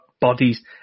bodies